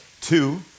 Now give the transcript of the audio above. Two